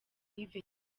yves